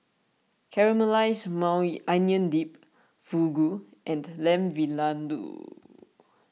Caramelized Maui Onion Dip Fugu and Lamb Vindaloo